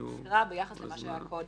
התקרה ביחס למה שהיה קודם.